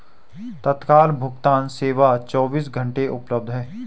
तत्काल भुगतान सेवा चोबीसों घंटे उपलब्ध है